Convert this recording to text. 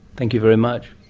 thank you very much.